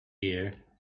gear